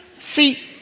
See